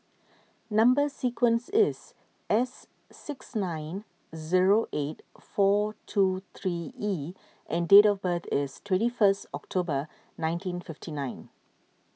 Number Sequence is S six nine zero eight four two three E and date of birth is twenty first October nineteen fifty nine